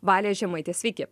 valė žemaitė sveiki